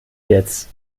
jetzt